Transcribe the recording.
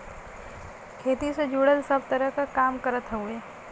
खेती से जुड़ल सब तरह क काम करत हउवे